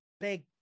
big